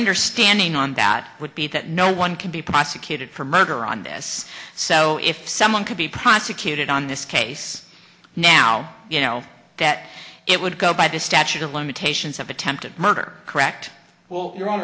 understanding on that would be that no one can be prosecuted for murder on this so if someone could be prosecuted on this case now you know that it would go by the statute of limitations of attempted murder correct well your hon